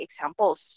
examples